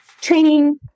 training